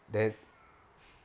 then